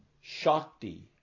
Shakti